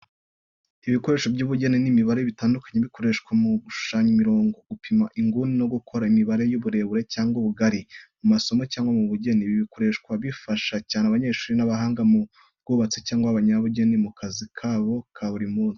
Ibikoresho by’ubugeni n’imibare bitandukanye, bikoreshwa mu gushushanya imirongo, gupima inguni no gukora imibare y’uburebure cyangwa ubugari mu masomo cyangwa mu bugeni. Ibi bikoresho bifasha cyane abanyeshuri n’abahanga mu by’ubwubatsi, cyangwa abanyabugeni mu kazi kabo ka buri munsi.